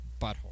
butthole